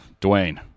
Dwayne